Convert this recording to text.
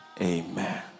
Amen